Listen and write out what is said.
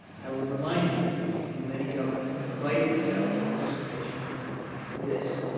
i would remind you the yemeni government invited saudi participation in this,